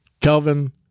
Kelvin